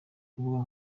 rubuga